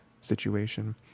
situation